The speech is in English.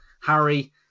Harry